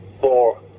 four